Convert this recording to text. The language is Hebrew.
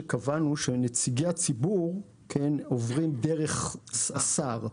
של נציגי הציבור עוברים דרך השר.